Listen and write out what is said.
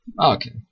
Okay